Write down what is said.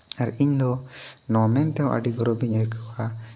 ᱟᱨ ᱤᱧ ᱫᱚ ᱱᱚᱣᱟ ᱢᱮᱱᱛᱮᱦᱚᱸ ᱟᱹᱰᱤ ᱜᱚᱨᱚᱵᱤᱧ ᱟᱹᱭᱠᱟᱹᱣᱟ